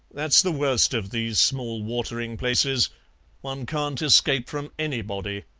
that's the worst of these small watering-places one can't escape from anybody.